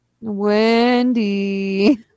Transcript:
Wendy